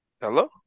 hello